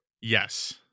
Yes